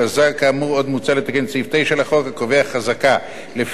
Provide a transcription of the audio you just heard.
עוד מוצע לתקן את סעיף 9 לחוק הקובע חזקה שלפיה העושה פעולה